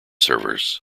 servers